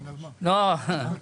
לא.